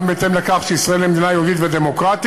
בהתאם לכך שישראל היא מדינה יהודית ודמוקרטית,